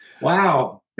Wow